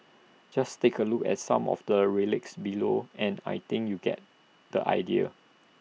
just take A look at some of the relics below and I think you get the idea